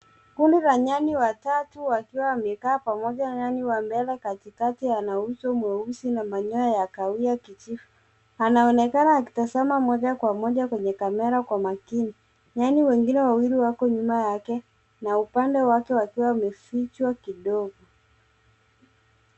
Kundi la nyani watatu wakiwa wamekaa pamoja. Nyani wa mbele katikati ana uso mweusi na manyoya ya kahawia kijivu, anaonekana akitazama moja kwa moja kwenye kamera kwa makini. Nyani wengine wawili wako nyuma yake, na upande wake wakiwa wamefichwa kidogo.